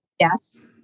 Yes